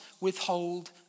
withhold